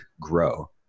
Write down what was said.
grow